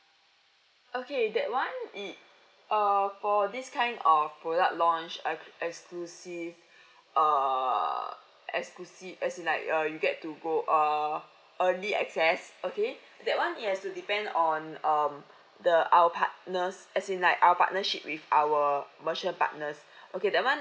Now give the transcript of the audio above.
okay that [one] it err for this kind of product launch exclusive uh exclusive as in like uh you get to go err early access okay that one it has to depend on um the our partners as in like our partnership with our merchant partners okay that [one]